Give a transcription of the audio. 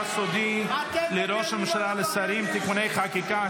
סודי לראש הממשלה ולשרים (תיקוני חקיקה),